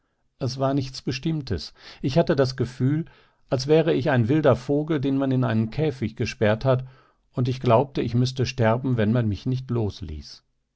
es war nichts bestimmtes ich hatte das gefühl als wäre ich ein wilder vogel den man in einen käfig gesperrt hat und ich glaubte ich müßte sterben wenn man mich nicht losließ